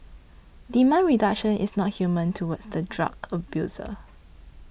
demand reduction is not inhumane towards the drug abuser